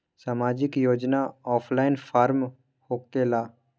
समाजिक योजना offline form होकेला?